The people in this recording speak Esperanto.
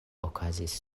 okazis